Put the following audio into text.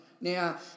Now